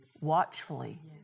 watchfully